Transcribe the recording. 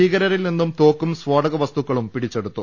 ഭീക രരിൽ നിന്നും തോക്കും സ്ഫോടക വസ്തുക്കളും പിടിച്ചെടു ത്തു